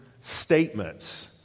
statements